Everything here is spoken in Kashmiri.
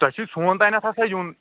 تۄہہِ چھُو سون تانٮ۪تھ ہَسا یُن